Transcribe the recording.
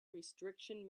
restriction